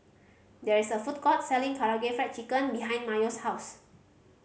there is a food court selling Karaage Fried Chicken behind Mayo's house